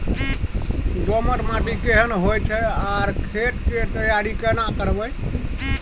दोमट माटी केहन होय छै आर खेत के तैयारी केना करबै?